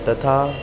तथा